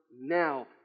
now